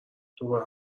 دوباره